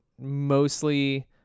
mostly